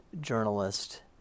journalist